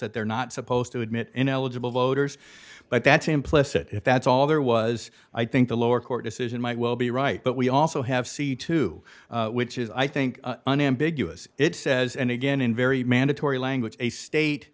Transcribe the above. that they're not supposed to admit ineligible voters but that's implicit if that's all there was i think the lower court decision might well be right but we also have see to which is i think unambiguous it says and again in very mandatory language a state